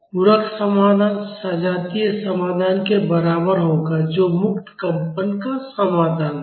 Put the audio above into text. पूरक समाधान सजातीय समाधान के बराबर होगा जो मुक्त कंपन का समाधान है